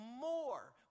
more